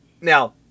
Now